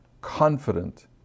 confident